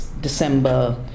December